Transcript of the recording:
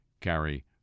carry